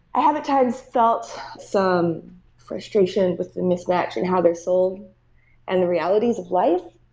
i have at times felt some frustration with the mismatch and how they're sold and the realities of life.